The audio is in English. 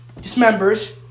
dismembers